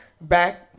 back